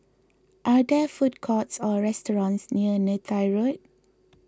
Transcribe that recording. are there food courts or restaurants near Neythai Road